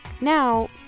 Now